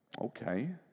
Okay